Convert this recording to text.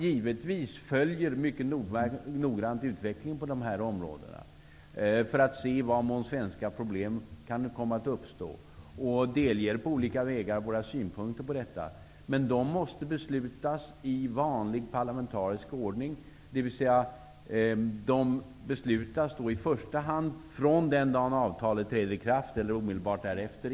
Givetvis följer vi mycket noggrant utvecklingen på dessa områden för att se i vad mån svenska problem kan komma att uppstå, och vi delger på olika vägar våra synpunkter. Men de måste beslutas i vanlig parlamentarisk ordning, dvs. att de i den gemensamma EES-kommittén i första hand beslutas från den dagen avtalet träder i kraft, eller omedelbart därefter.